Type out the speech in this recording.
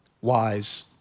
wise